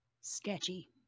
Sketchy